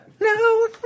No